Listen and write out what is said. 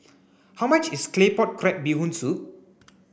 how much is claypot crab bee hoon soup